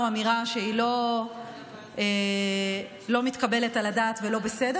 אמירה שהיא לא מתקבלת על הדעת ולא בסדר,